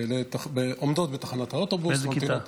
עומדות בתחנת האוטובוס --- באיזו כיתה?